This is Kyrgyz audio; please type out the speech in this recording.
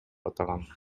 атаган